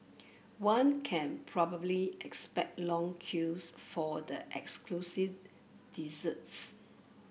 one can probably expect long queues for the exclusive desserts